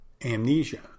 amnesia